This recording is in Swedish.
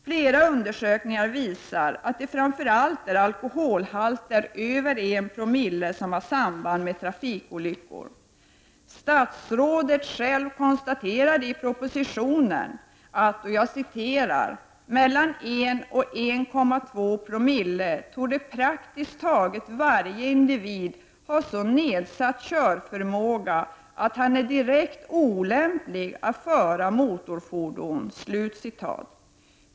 Flera undersökningar visar att det framför allt är alkoholhalter över 1,0 promille som har samband med trafikolyckor. Statsrådet själv konstaterar i propositionen att ”mellan 1,0 och 1,2 promille, torde praktiskt taget varje individ ha så nedsatt körförmåga, att han är direkt olämplig, att föra motorfordon”.